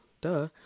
Duh